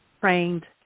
trained